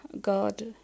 God